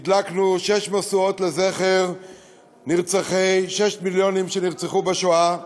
הדלקנו שש משואות לזכר שישה מיליונים שנרצחו בשואה,